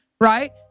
right